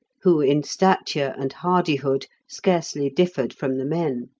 who in stature and hardihood scarcely differed from the men.